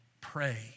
pray